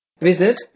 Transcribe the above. Visit